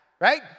right